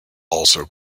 also